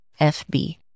FB